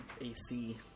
AC